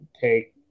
take